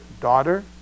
daughter